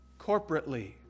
Corporately